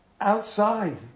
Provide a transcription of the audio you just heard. outside